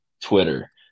Twitter